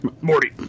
Morty